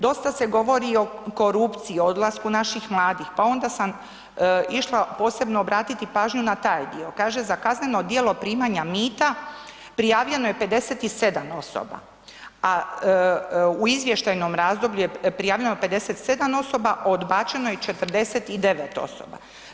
Dosta se govori o korupciji, o odlasku naših mladih pa onda sam išla posebno obratiti pažnju na taj dio. kaže, za kazneno djelo primanja mita prijavljeno je 57 osoba a u izvještajnom razdoblju je prijavljeno 57 osoba a odbačeno je 49 osoba.